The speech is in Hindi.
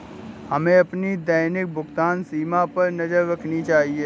हमें अपनी दैनिक भुगतान सीमा पर नज़र रखनी चाहिए